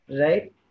Right